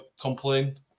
complain